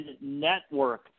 network